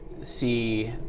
see